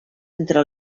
entre